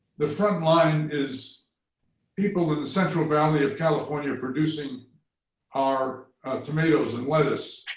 the front line is people in the central valley of california producing our tomatoes and lettuce,